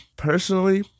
Personally